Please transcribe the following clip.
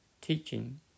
teaching